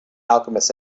alchemist